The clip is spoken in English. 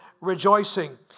rejoicing